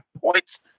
points